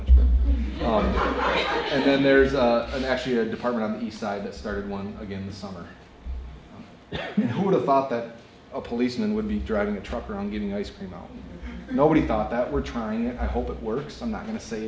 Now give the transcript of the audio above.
doing and then there's an actually a department on the side that started one again this summer and who would have thought that a policeman would be driving a truck around getting ice cream out nobody thought that we're trying and i hope it works i'm not going to say